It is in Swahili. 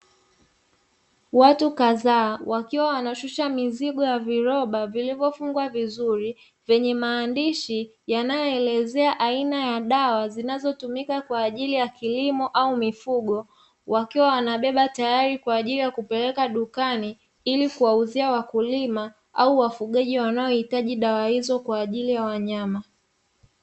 Watu kadhaa wakiwa wanashusha mizigo ya viroba vilivyofungwa vizuri vyenye maandishi yanayoelezea aina ya dawa zinazotumika kwa ajili ya kilimo au mifugo, wakiwa wanabeba tayari kwa ajili ya kupeleka dukani ili kuwauzia wakulima au wafugaji wanaohitaji dawa hizo kwa ajili ya wanyama.